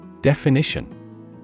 Definition